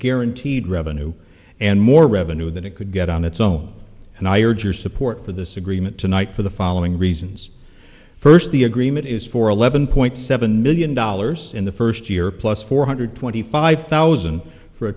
guaranteed revenue and more revenue than it could get on its own and i urge your support for this agreement tonight for the following reasons first the agreement is for eleven point seven million dollars in the first year plus four hundred twenty five thousand for a